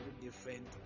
different